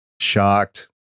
Shocked